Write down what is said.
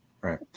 right